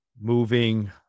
moving